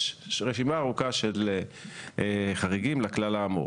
יש רשימה ארוכה של חריגים לכלל האמור.